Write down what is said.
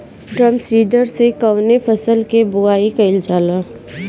Drum seeder से कवने फसल कि बुआई कयील जाला?